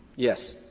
yes.